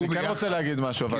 אני כן רוצה להגיד משהו, אבל.